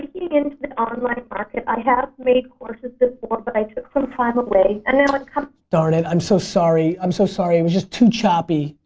yeah and the online market. i have made courses before but i took some time away and now it's. kind of darn it, i'm so sorry. i'm so sorry. it was too choppy.